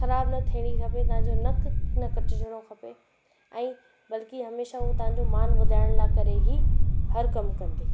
ख़राबु न थियणी खपे तव्हांजो नक न कटिजणो खपे ऐं बल्कि हमेशह हू तव्हांजो मान वधाइण लाइ करे ई हर कम कंदी